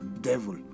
devil